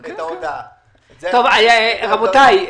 רבותיי,